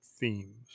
themes